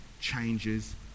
changes